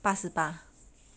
八十八